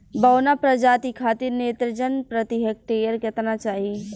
बौना प्रजाति खातिर नेत्रजन प्रति हेक्टेयर केतना चाही?